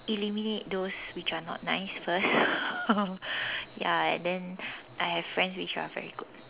eliminate those which are not nice first ya and then I have friends which are very good